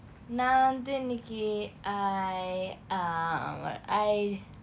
நான் வந்து இன்னைக்கு:naan vanthu innaikku I err what I